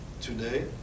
today